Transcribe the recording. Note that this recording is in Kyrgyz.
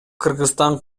кыргызстан